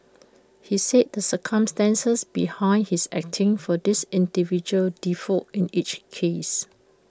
he said the circumstances behind his acting for these individuals differed in each case